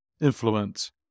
influence